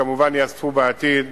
וכמובן ייאספו בעתיד,